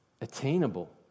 attainable